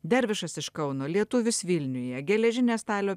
dervišas iš kauno lietuvis vilniuje geležinė stalio